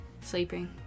Sleeping